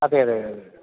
അതെ അതെ അതേ അതേ അതേ